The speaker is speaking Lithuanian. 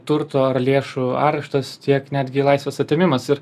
turto ar lėšų areštas tiek netgi laisvės atėmimas ir